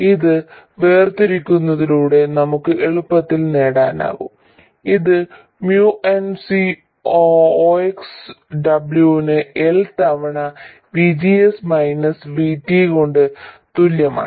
ഇത് വേർതിരിക്കുന്നതിലൂടെ നമുക്ക് എളുപ്പത്തിൽ നേടാനാകും ഇത് mu n C ox W ന് L തവണ VGS മൈനസ് VT കൊണ്ട് തുല്യമാണ്